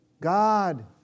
God